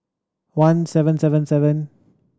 one seven seven seven